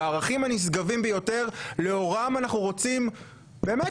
בערכים הנשגבים ביותר לאורם אנחנו רוצים באמת